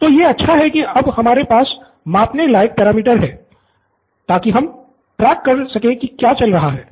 pro Bala तो यह अच्छा है ही अब हमारे पास मापने लायक पैरामीटर है ताकि हम ट्रैक कर सकें कि क्या चल रहा है